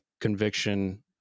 conviction